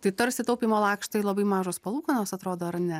tai tarsi taupymo lakštai labai mažos palūkanos atrodo ar ne